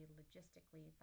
logistically